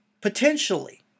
potentially